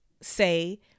say